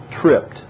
tripped